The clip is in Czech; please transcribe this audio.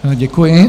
Děkuji.